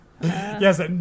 Yes